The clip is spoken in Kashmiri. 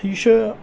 یہِ چھُ